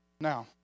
Now